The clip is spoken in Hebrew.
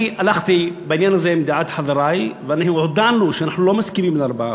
אני הלכתי בעניין הזה עם דעת חברי והודענו שאנחנו לא מסכימים ל-4%.